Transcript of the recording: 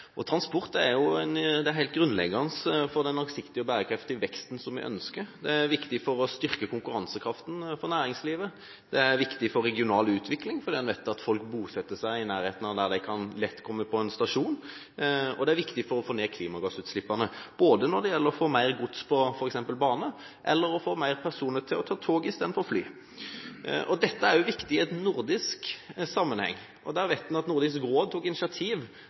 Transport er helt grunnleggende for den langsiktige og bærekraftige veksten vi ønsker. Den er viktig for å styrke konkurransekraften for næringslivet, den er viktig for regional utvikling fordi en vet at folk bosetter seg i nærheten av steder der de lett kan komme til en stasjon, og den er viktig for å få ned klimagassutslippene ved å få mer gods over på f.eks. bane eller å få flere personer til å ta tog i stedet for fly. Dette er viktig i en nordisk sammenheng. Vi vet at Nordisk råd tok initiativ